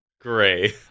gray